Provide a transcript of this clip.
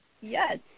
Yes